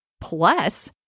plus